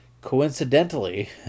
coincidentally